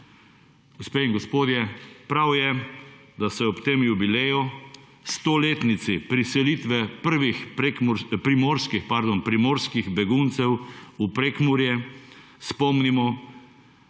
Gospe in gospodje, prav je, da se ob tem jubileju, 100 letnici preselitve prvih primorskih beguncev v Prekmurje spomnimo